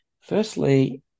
Firstly